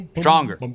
stronger